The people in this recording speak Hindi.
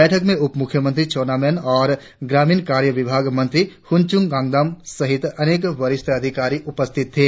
बैठक में उप मुख्यमंत्री चाउना मैन और ग्रामीण कार्य विभाग मंत्री हुनचुन ङानदाम सहित अनेक वरिष्ठ अधिकारी उपस्थित थे